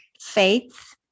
faith